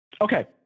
Okay